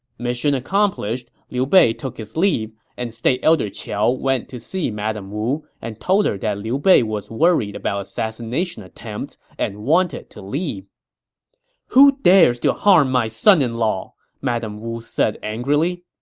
mission accomplished, liu bei took his leave, and state elder qiao went to see madame wu and told her that liu bei was worried about assassination attempts and wanted to leave who dares to harm my son-in-law? madame wu said angrily.